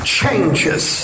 changes